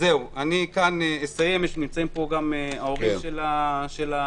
אני אסיים כאן, נמצאים פה גם ההורים של הילדים.